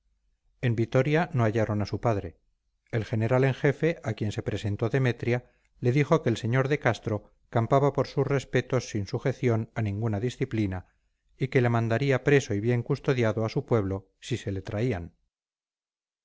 en vitoria no hallaron a su padre el general en jefe a quien se presentó demetria le dijo que el sr de castro campaba por sus respetos sin sujeción a ninguna disciplina y que le mandaría preso y bien custodiado a su pueblo si se le traían